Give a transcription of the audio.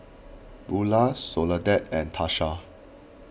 Beulah Soledad and Tarsha